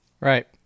Right